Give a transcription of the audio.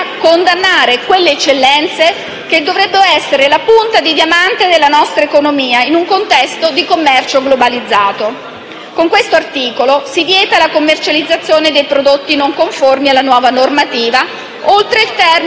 condannare quelle eccellenze, che dovrebbero essere la punta di diamante della nostra economia, in un contesto di commercio globalizzato. Con tale articolo si vieta la commercializzazione dei prodotti non conformi alla nuova normativa oltre il termine